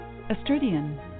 Astridian